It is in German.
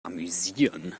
amüsieren